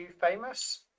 famous